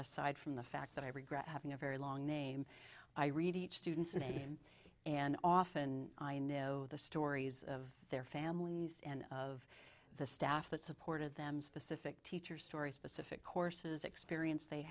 aside from the fact that i regret having a very long name i read each student's name and often i know the stories of their families and of the staff that supported them specific teacher story specific courses experience they